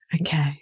Okay